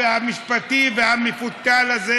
והמשפטי והמפותל הזה,